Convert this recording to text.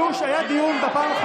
היה דיון בפעם,